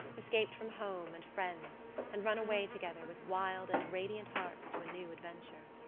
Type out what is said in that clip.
escaped from home and friends and run away together with wild and radiant hearts to a new adventure.